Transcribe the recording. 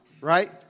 right